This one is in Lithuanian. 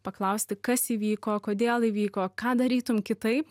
paklausti kas įvyko kodėl įvyko ką darytum kitaip